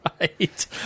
Right